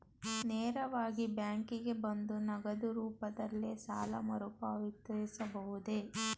ನೇರವಾಗಿ ಬ್ಯಾಂಕಿಗೆ ಬಂದು ನಗದು ರೂಪದಲ್ಲೇ ಸಾಲ ಮರುಪಾವತಿಸಬಹುದೇ?